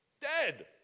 Dead